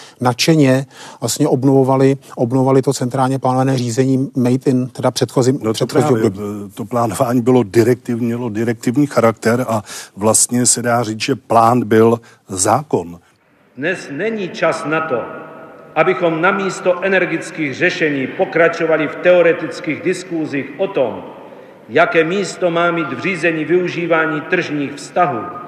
nadšeně vlastně obnovovali- obnovovali to centrálně plánované řízení made in, teda předchozím- No to předchozí právě, období. e, to plánování bylo direktivní, mělo direktivní charakter a vlastně se dá říct, že plán byl zákon. Dnes není čas na to, abychom namísto energických řešení pokračovali v teoretických diskuzích o tom, jaké místo má mít v řízení využívání tržních vztahů.